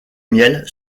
miel